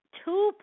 two